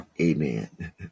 Amen